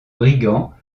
brigand